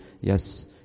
Yes